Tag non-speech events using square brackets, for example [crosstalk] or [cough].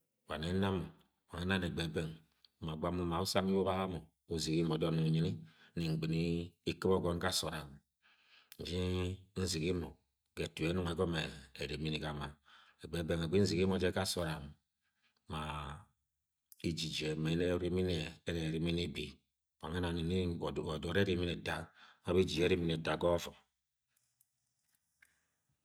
Wa ne namo, wan nwe̱ ena e̱gbe̱ beng ma gwam uma usang ye ubaga mo uzigi ma o̱dọd nye unyi ni-ngbɨ̃ni ekɨ̃b ogon ja aso̱ọd-ram nji nzigi mọ ge̱ etu ye e̱nung egọm erimini ga ma egbe beng egbe inzigi mo̱ ga sood-ram ma ejije ma orimini ye ere erimi ni bi wang nwe ena ni gwo adọd ye erimi ni eta ma beji erimini ni eta ga ọvọvum. [noise]